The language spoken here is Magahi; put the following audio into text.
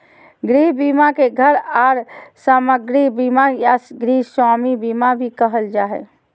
गृह बीमा के घर आर सामाग्री बीमा या गृहस्वामी बीमा भी कहल जा हय